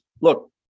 look